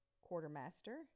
Quartermaster